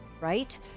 right